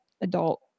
adult